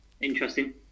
interesting